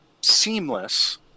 seamless